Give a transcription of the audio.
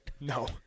No